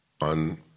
on